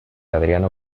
adriano